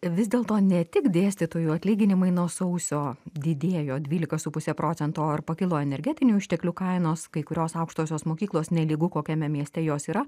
vis dėlto ne tik dėstytojų atlyginimai nuo sausio didėjo dvylika su puse procento ir pakilo energetinių išteklių kainos kai kurios aukštosios mokyklos nelygu kokiame mieste jos yra